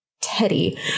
Teddy